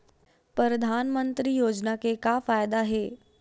परधानमंतरी योजना से का फ़ायदा हे?